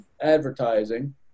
advertising